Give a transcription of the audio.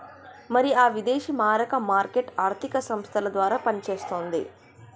మరి ఆ విదేశీ మారక మార్కెట్ ఆర్థిక సంస్థల ద్వారా పనిచేస్తుంది